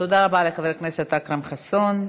תודה רבה לחבר הכנסת אכרם חסון.